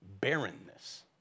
barrenness